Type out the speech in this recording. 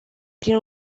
prin